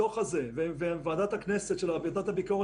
לגבי התנאים של עובדי המשרד,